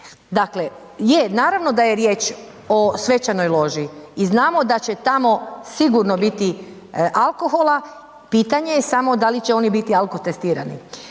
Dakle, je, naravno da je riječ o svečanoj loži i znamo da će tamo sigurno biti alkohola. Pitanje je samo da li će oni biti alkotestirani.